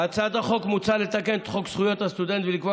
בהצעת החוק מוצע לתקן את חוק זכויות הסטודנט ולקבוע